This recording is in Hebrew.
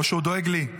או שהוא דואג לי.